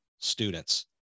students